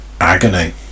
agony